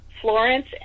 Florence